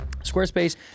Squarespace